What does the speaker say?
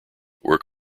work